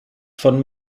von